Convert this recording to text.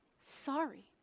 sorry